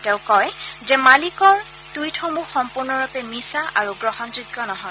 তেওঁ কয় যে শ্ৰীমালিকৰ টুইটসমূহ সম্পূৰ্ণৰূপে মিছা আৰু গ্ৰহণযোগ্য নহয়